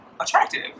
attractive